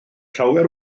llawer